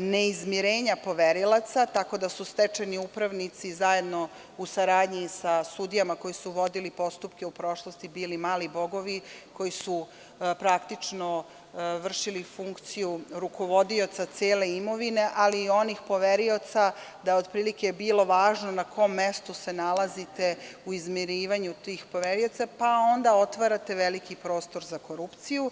ne izmirenja poverilaca, tako da su stečajni upravnici zajedno u saradnji sa sudijama koji su vodili postupke u prošlosti, bili mali bogovi koji su vršili funkciju rukovodioca cele imovine ali i onih poverioca da, od prilike, bilo važno na kojem mestu se nalazite u izmirivanju tih poverioca, pa onda otvarate veliki prostor za korupciju.